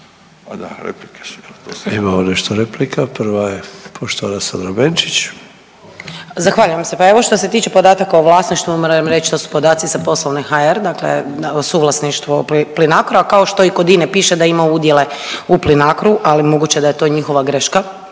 Ante (HDZ)** Imamo nešto replika. Prva je poštovana Sandra Benčić. **Benčić, Sandra (Možemo!)** Zahvaljujem se. Pa evo što se tiče podataka o vlasništvu moram reći da su podaci sa Poslovne.hr dakle suvlasništvo Plinacroa kao što i kod INA-e piše da ima udjele u Plinacru ali moguće je da je to njihova greška.